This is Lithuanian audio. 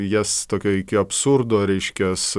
jas tokioj iki absurdo reiškias